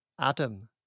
Adam